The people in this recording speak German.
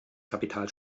kapital